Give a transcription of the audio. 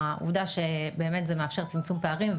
העובדה שזה באמת מאפשר צמצום פערים,